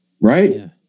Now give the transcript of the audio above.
Right